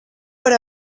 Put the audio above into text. per